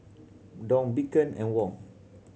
Dong Bitcoin and Won